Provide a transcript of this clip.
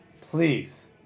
Please